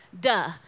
Duh